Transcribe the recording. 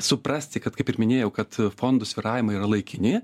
suprasti kad kaip ir minėjau kad fondų svyravimai yra laikini